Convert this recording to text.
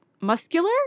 muscular